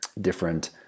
different